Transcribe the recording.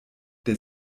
der